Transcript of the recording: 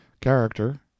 character